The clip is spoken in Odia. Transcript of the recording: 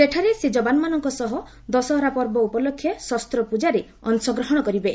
ସେଠାରେ ସେ ଯବାନମାନଙ୍କ ସହ ଦଶହରା ପର୍ବ ଉପଲକ୍ଷେ ଶସ୍ତ ପୂଜାରେ ଅଂଶଗ୍ରହଣ କରିବେ